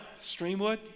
Streamwood